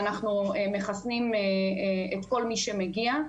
ואנחנו מחסנים את כל מי שמגיע.